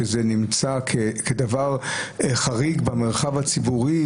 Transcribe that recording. שזה נמצא כדבר חריג במרחב הציבורי